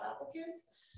applicants